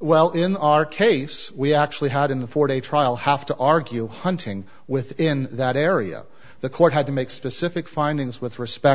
well in our case we actually had in the four day trial have to argue hunting within that area the court had to make specific findings with respect